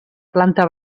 planta